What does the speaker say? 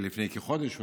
לפני כחודש הונח,